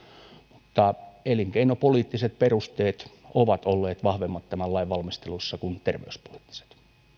mutta elinkeinopoliittiset perusteet ovat olleet vahvemmat lain valmistelussa kuin terveyspoliittiset